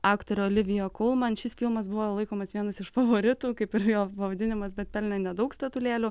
aktorė olivija kolman šis filmas buvo laikomas vienas iš favoritų kaip ir jo pavadinimas bet pelnė nedaug statulėlių